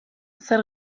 zer